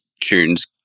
tune's